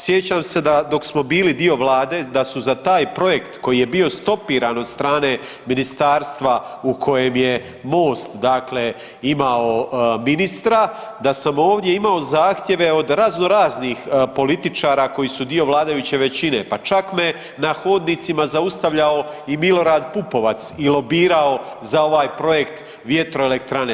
Sjećam se da dok smo bili dio Vlade, da su taj projekt koji je bio stopiran od strane ministarstva u kojem je Most, dakle imao ministra, da sam ovdje imao zahtjeve od razno raznih političara koji su dio vladajuće većine, pa čak me na hodnicima zaustavljao i Milorad Pupovac i lobirao za ovaj projekt vjetroelektrane.